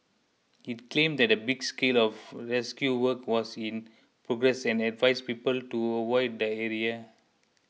it claimed that a big scale of rescue work was in progress and advised people to avoid the